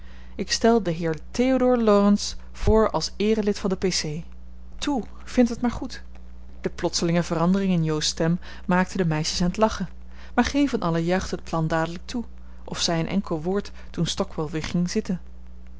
ik stel den heer theodoor laurence voor als eerelid van de p c toe vindt het maar goed de plotselinge verandering in jo's stem maakte de meisjes aan het lachen maar geen van allen juichte het plan dadelijk toe of zei een enkel woord toen stockwall weer ging zitten